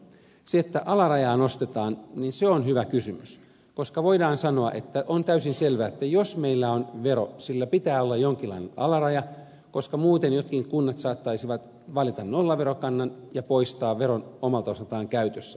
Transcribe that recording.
se että alarajaa nostetaan on hyvä kysymys koska voidaan sanoa että on täysin selvää että jos meillä on vero sillä pitää olla jonkinlainen alaraja koska muuten jotkin kunnat saattaisivat valita nollaverokannan ja poistaa veron omalta osaltaan käytöstä